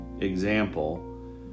example